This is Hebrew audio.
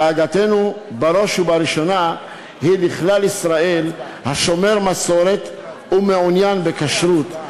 דאגתנו בראש ובראשונה היא לכלל ישראל השומר מסורת ומעוניין בכשרות,